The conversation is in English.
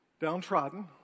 downtrodden